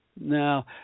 Now